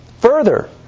Further